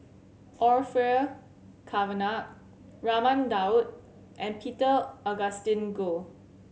Orfeur Cavenagh Raman Daud and Peter Augustine Goh